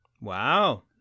wow